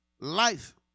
life